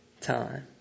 time